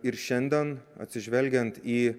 ir šiandien atsižvelgiant į